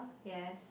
yes